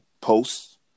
posts